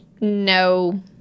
No